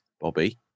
Bobby